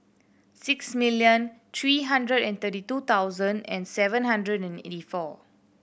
six million three hundred and thirty two thousand and seven hundred and eighty four